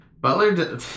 Butler